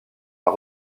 par